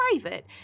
private